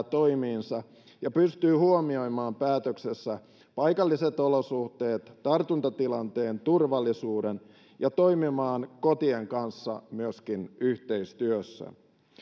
toimiinsa ja pystyy huomioimaan päätöksessä paikalliset olosuhteet tartuntatilanteen ja turvallisuuden ja toimimaan myöskin kotien kanssa yhteistyössä